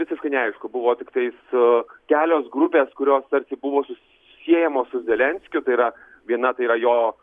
visiškai neaišku buvo tiktais kelios grupės kurios tarsi buvo susiejamos su zelenskiu tai yra viena tai yra jo